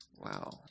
Wow